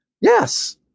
Yes